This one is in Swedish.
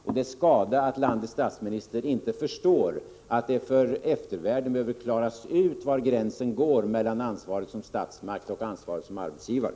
Det är skada att landets statsminister inte förstår att det för eftervärlden behöver klaras ut var gränsen går mellan statens ansvar som statsmakt och dess ansvar som arbetsgivare.